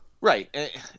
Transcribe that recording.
Right